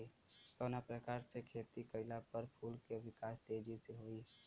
कवना प्रकार से खेती कइला पर फूल के विकास तेजी से होयी?